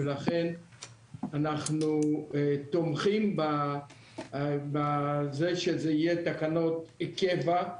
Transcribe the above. ולכן אנחנו תומכים בזה שזה יהיה תקנות קבע,